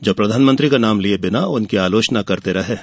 जो प्रधानमंत्री का नाम लिये बिना उनकी आलोचना करते रहे हैं